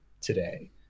today